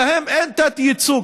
שלהם אין תת-ייצוג,